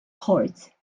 court